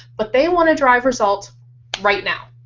but they want to driver results right now!